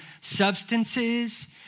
substances